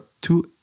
two